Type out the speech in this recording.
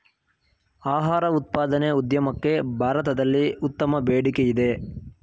ಆಹಾರ ಉತ್ಪಾದನೆ ಉದ್ಯಮಕ್ಕೆ ಭಾರತದಲ್ಲಿ ಉತ್ತಮ ಬೇಡಿಕೆಯಿದೆ